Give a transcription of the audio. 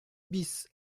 bis